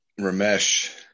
Ramesh